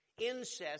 incest